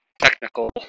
technical